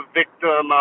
victim